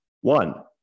one